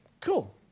Cool